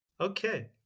Okay